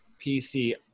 pc